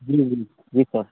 जी जी जी सर